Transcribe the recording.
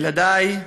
ילדי,